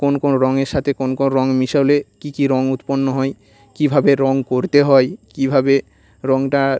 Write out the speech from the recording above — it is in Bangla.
কোন কোন রঙের সাথে কোন কোন রঙ মিশালে কী কী রঙ উৎপন্ন হয় কীভাবে রঙ করতে হয় কীভাবে রঙটা